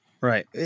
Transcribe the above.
Right